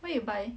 where you buy